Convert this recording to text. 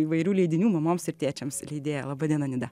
įvairių leidinių mamoms ir tėčiams leidėja laba diena nida